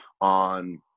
on